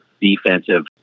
defensive